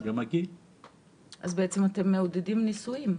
אתם מעודדים נישואים.